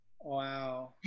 Wow